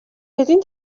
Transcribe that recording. بدین